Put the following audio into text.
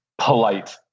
polite